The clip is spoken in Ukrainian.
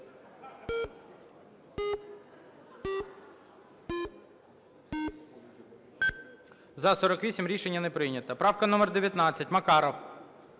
За-48 Рішення не прийнято. Правка номер 19, Макаров.